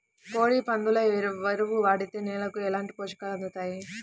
కోడి, పందుల ఎరువు వాడితే నేలకు ఎలాంటి పోషకాలు అందుతాయి